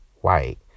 white